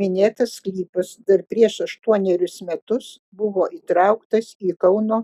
minėtas sklypas dar prieš aštuonerius metus buvo įtrauktas į kauno